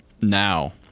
now